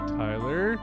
tyler